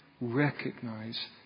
recognize